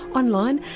online,